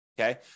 okay